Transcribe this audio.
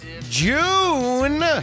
June